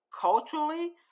culturally